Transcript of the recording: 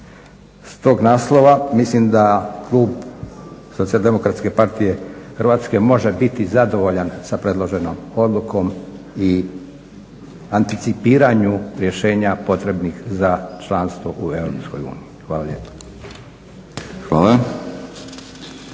S tog naslova mislim da klub SDP-a Hrvatske može biti zadovoljan sa predloženom odlukom i anticipiranju rješenja potrebnih za članstvo u EU. Hvala lijepa.